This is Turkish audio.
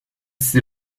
sizi